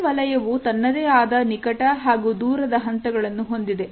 ಪ್ರತಿ ವಲಯವು ತನ್ನದೇ ಆದ ನಿಕಟ ಹಾಗೂ ದೂರದ ಹಂತಗಳನ್ನು ಹೊಂದಿದೆ